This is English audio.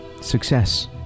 success